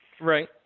Right